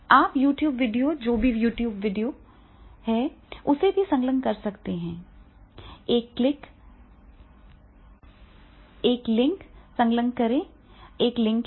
आप YouTube video जो भी YouTube वीडियो है उसे भी संलग्न कर सकते हैं एक लिंक संलग्न करें एक लिंक है